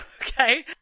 Okay